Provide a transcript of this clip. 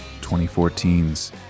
2014's